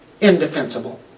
indefensible